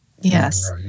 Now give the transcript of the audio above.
Yes